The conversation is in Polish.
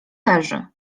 leży